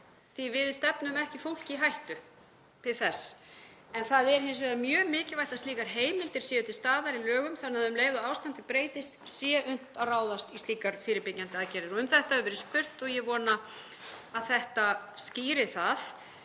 að við stefnum ekki fólki í hættu til þess. En það er hins vegar mjög mikilvægt að slíkar heimildir séu til staðar í lögum þannig að um leið og ástandið breytist sé unnt að ráðast í slíkar fyrirbyggjandi aðgerðir. Um þetta hefur verið spurt og ég vona að þetta skýri það.